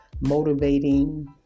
motivating